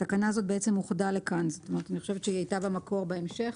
תקנה זו אוחדה לכאן, בתחילה היא הייתה בהמשך.